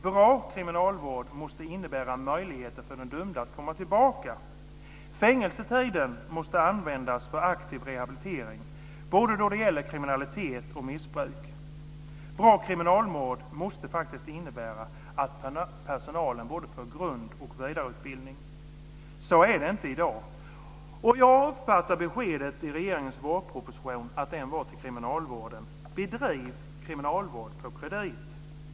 Bra kriminalvård måste innebära möjligheter för den dömde att komma tillbaka. Fängelsetiden måste användas för aktiv rehabilitering både då det gäller kriminalitet och missbruk. Bra kriminalvård måste faktiskt innebära att personalen både får grund och vidareutbildning. Så är det inte i dag. Jag uppfattar att beskedet i regeringens vårproposition till kriminalvården är: Bedriv kriminalvård på kredit!